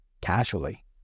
casually